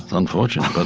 unfortunate but